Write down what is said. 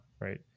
right